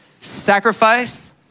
sacrifice